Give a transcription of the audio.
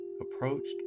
approached